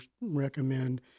recommend